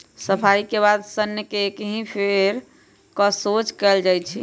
सफाई के बाद सन्न के ककहि से फेर कऽ सोझ कएल जाइ छइ